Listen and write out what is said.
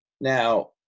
Now